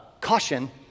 caution